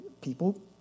people